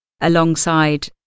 alongside